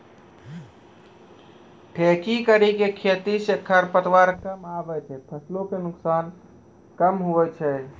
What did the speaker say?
ठेकी करी के खेती से खरपतवार कमआबे छै फसल के नुकसान कम हुवै छै